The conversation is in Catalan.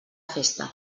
festa